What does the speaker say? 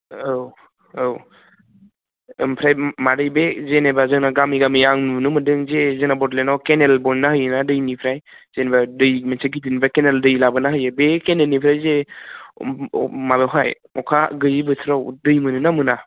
औ औ ओमफ्राय मादै बे जेनेबा जोंना गामि गामि आं नुनो मोन्दों जे जोंना बड'लेण्डआव केनेल बहायना होयोना दैनिफ्राय जेनेबा दै मोनसे गिदिरनिफ्राय केनेल दै लाबोना होयो बे केनेलनिफ्राय जे माबायावहाय अखा गैयि बोथोराव दै मोनो ना मोना